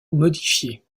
modifié